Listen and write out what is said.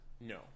No